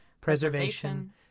preservation